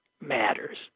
matters